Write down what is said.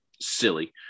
silly